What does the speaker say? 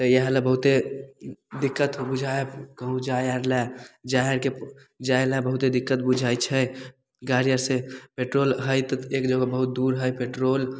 तऽ इहए लए बहुते दिक्कत बुझाइ हइ कहुँ जाइ आर लए जाइ हइके जाए लए बहुते दिक्कत बुझाइत छै गाड़ी आरसे पेट्रोल हइ तऽ एक जगह बहुत दूर हइ पेट्रोल